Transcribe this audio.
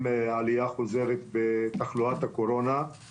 אחראיים על הבריאות של כל אזרחי מדינת ישראל